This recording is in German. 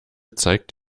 zeigt